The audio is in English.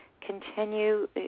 continue